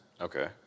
Okay